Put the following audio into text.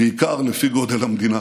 בעיקר לפי גודל המדינה,